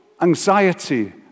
anxiety